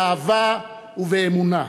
באהבה ובאמונה.